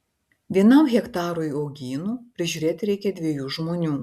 vienam hektarui uogynų prižiūrėti reikia dviejų žmonių